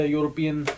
European